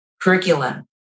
curriculum